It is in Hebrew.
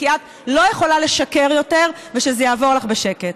כי את לא יכולה לשקר יותר ושזה יעבור לך בשקט.